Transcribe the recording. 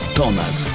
Thomas